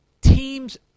teams